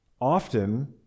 Often